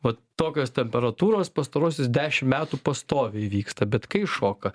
vat tokios temperatūros pastaruosius dešim metų pastoviai vyksta bet kai šoka